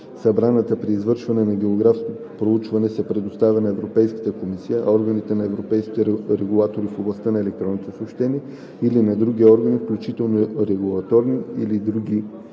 събраната при извършването на географско проучване, се предоставя на Европейската комисия, Органа на европейските регулатори в областта на електронните съобщения или на други органи, включително регулаторни или други